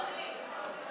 אורלי,